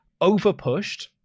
overpushed